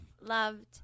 loved